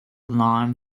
lime